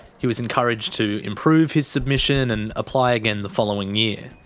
he was encouraged to improve his submission and apply again the following year.